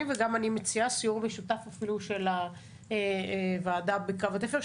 אני מציעה סיור משותף אפילו של הוועדה בקו התפר,